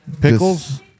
Pickles